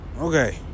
Okay